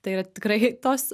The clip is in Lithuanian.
tai yra tikrai tos